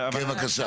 כן, בבקשה.